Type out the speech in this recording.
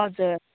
हजुर